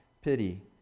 pity